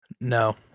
No